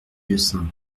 lieusaint